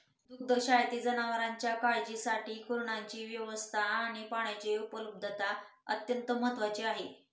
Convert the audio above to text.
दुग्धशाळेतील जनावरांच्या काळजीसाठी कुरणाची व्यवस्था आणि पाण्याची उपलब्धता अत्यंत महत्त्वाची आहे